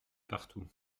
partout